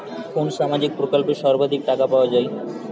কোন সামাজিক প্রকল্পে সর্বাধিক টাকা পাওয়া য়ায়?